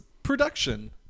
Production